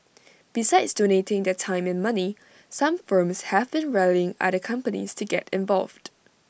besides donating their time and money some firms have been rallying other companies to get involved